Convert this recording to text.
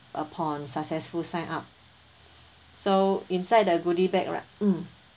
upon successful sign up so inside the goodie bag right mm